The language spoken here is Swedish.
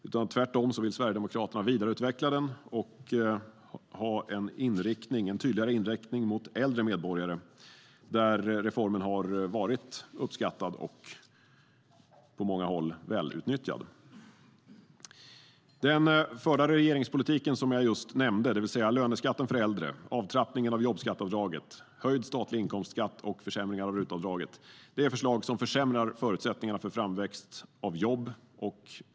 Sverigedemokraterna vill tvärtom vidareutveckla den och ha en tydligare inriktning mot äldre medborgare, där reformen har varit uppskattad och välnyttjad på många håll. Den förda regeringspolitik som jag just nämnde - löneskatten för äldre, avtrappningen av jobbskatteavdraget, höjd statlig inkomstskatt och försämringar av RUT-avdraget - är förslag som försämrar förutsättningen för framväxt av jobb.